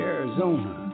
Arizona